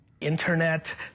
internet